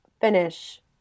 finish